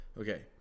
okay